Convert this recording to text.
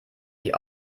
die